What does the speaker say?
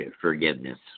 forgiveness